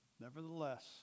Nevertheless